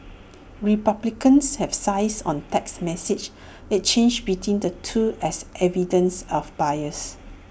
republicans have seized on text messages exchanged between the two as evidence of bias